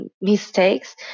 mistakes